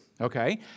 okay